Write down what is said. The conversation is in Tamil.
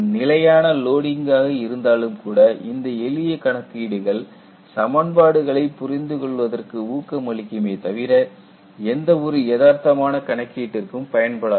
நிலையான லோடிங்காக இருந்தாலும்கூட இந்த எளிய கணக்கீடுகள் சமன்பாடுகளை புரிந்துகொள்வதற்கு ஊக்கமளிக்குமே தவிர எந்தவொரு யதார்த்தமான கணக்கீட்டிற்கும் பயன்படாது